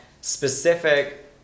specific